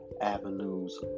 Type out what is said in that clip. avenues